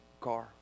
car